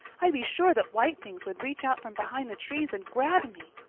i'd be sure that white things would reach out from behind the trees and grab me.